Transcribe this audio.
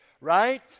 right